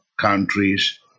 countries